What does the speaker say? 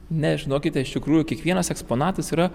ne žinokite iš tikrųjų kiekvienas eksponatas yra